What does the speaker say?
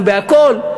ובכול,